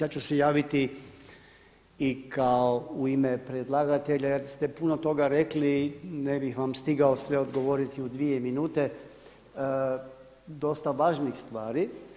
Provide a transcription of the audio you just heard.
Ja ću se javiti i kao u ime predlagatelja jer ste puno toga rekli ne bih vam stigao sve odgovoriti u dvije minute, dosta važnih stvari.